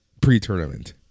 pre-tournament